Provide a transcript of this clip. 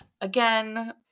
Again